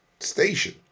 Station